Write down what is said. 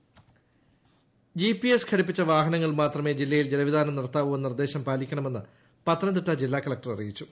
GPS GPS ഘടിപ്പിച്ച വാഹനങ്ങളിൽ മാത്രമേ ജില്ലയിൽ ജലവിതാനം നടത്താവൂ എന്ന നിർദ്ദേശം പാലിക്കണമെന്ന് പത്തനംതിട്ട ജില്ലാ കളക്റ്റർ അറിയിച്ചു